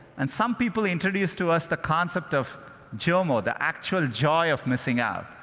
and some people introduced to us the concept of jomo the actual joy of missing out.